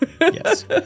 Yes